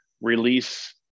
release